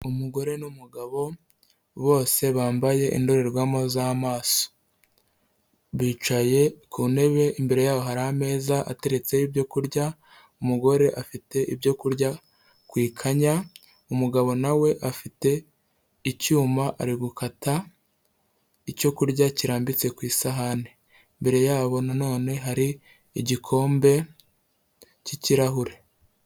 Umugore n'umugabo bose bambaye indorerwamo z'amaso, bicaye ku ntebe, imbere yabo hari ameza ateretseho ibyo kurya, umugore afite ibyo kurya ku ikanya, umugabo nawe afite icyuma ari gukata icyo kurya kirambitse ku isahani, imbere yabo nanone hari igikombe cy'ikirahure.